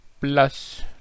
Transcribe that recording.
plus